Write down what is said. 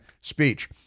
speech